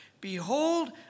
behold